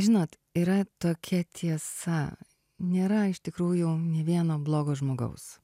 žinot yra tokia tiesa nėra iš tikrųjų nė vieno blogo žmogaus